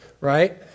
right